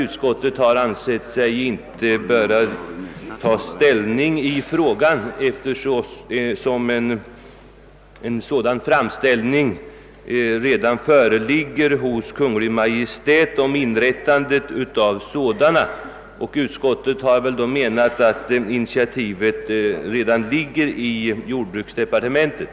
Utskottet har inte ansett sig böra ta ställning i frågan, eftersom det redan föreligger en framställning hos Kungl. Maj:t om införandet av skogliga representanter. Utskottet har med hänsyn härtill menat att det är jordbruksdepartementet som snabbt skall ta initiativ.